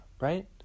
right